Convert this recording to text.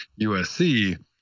USC